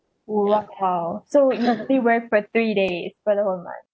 !wow! so what wear for three days for the whole month